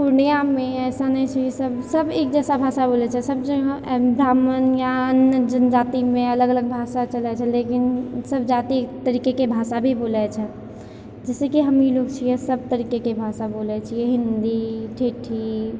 पूर्णियाँमे ऐसा नहि छै सब सब एक जैसा भाषा बोलय छै सब जन यहाँ ब्राह्मण या अन्य जनजातिमे अलग अलग भाषा चलय छै लेकिन सब जाति तरीकेके भाषा भी बोलय छै जैसे कि हमहिं लोग छियै सब तरीकेके भाषा बोलय छियै हिन्दी ठेठी